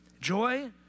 Joy